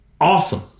Awesome